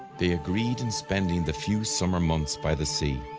they agreed in spending the few sommer months by the sea,